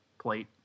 plate